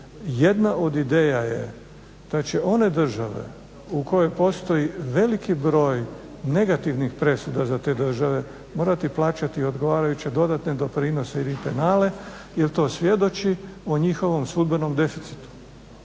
jedna od ideja je da će one države u koje postoji veliki broj negativnih presuda za te države morati plaćati odgovarajuće dodatne doprinose ili penale jer to svjedoči o njihovom sudbenom deficitu.